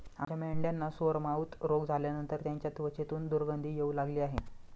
आमच्या मेंढ्यांना सोरमाउथ रोग झाल्यानंतर त्यांच्या त्वचेतून दुर्गंधी येऊ लागली आहे